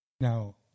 Now